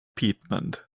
piedmont